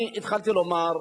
אני התחלתי לומר,